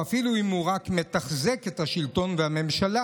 אפילו אם הוא רק מתַחזק את השלטון והממשלה,